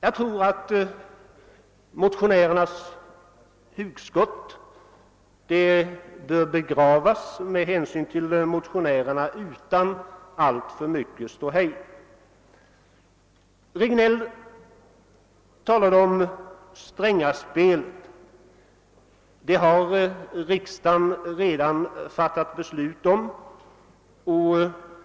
Jag tror att detta motionärernas hugskott bör begravas, med hänsyn till motionärerna utan alltför mycket ståhej. Herr Regnéll talade om »Strängaspelet». Om det har riksdagen redan fattat beslut.